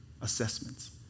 assessments